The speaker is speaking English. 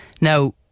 Now